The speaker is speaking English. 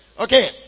Okay